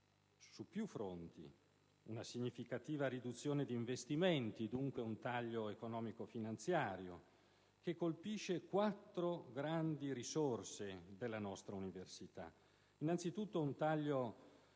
su più fronti, una significativa riduzione di investimenti, dunque un taglio economico-finanziario che colpisce quattro grandi risorse della nostra università. Innanzitutto, un taglio